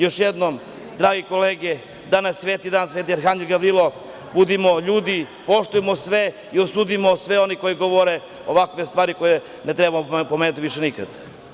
Još jednom, drage kolege, danas je sveti dan, Sveti arhangel Gavrilo, budimo ljudi, poštujmo sve i osudimo sve one koji govore ovakve stvari koje ne treba pomenuti više nikad.